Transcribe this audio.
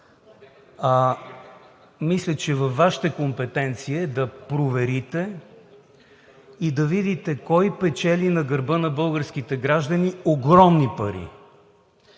мисля, че във Вашата компетенция е да проверите и да видите кой печели на гърба на българските граждани огромни пари.